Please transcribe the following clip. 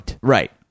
right